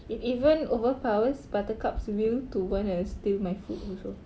it even overpowers buttercup's will to want to steal my food also